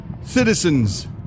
citizens